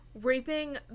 raping